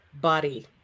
body